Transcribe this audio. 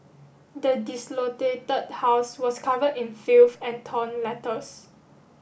the house was covered in filth and torn letters